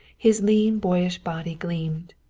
his lean boyish body gleamed,